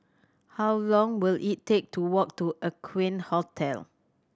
how long will it take to walk to Aqueen Hotel